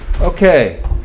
okay